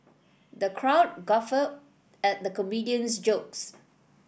the crowd guffawed at the comedian's jokes